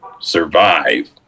survive